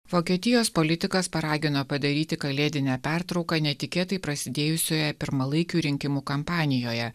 vokietijos politikas paragino padaryti kalėdinę pertrauką netikėtai prasidėjusioje pirmalaikių rinkimų kampanijoje